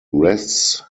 rests